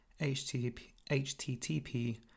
HTTP